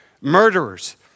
Murderers